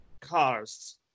Cars